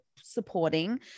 supporting